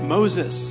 Moses